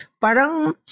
Parang